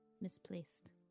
...misplaced